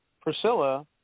Priscilla